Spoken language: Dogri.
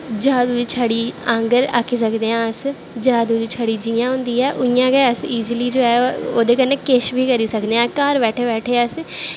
जादू दी छड़ी आंह्गर आक्खी सकदे आं अस जादू दी छड़ी जियां होंदी ऐ उ'यां गै अस ईजली जो ऐ ओह्दे कन्नै किश बी करी सकने आं घर बैठे बैठे अस